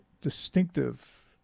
distinctive